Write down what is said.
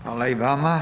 Hvala i vama.